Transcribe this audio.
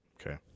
Okay